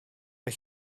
mae